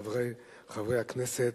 חברי הכנסת,